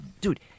Dude